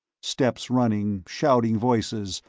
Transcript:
steps running, shouting voices,